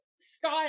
Scott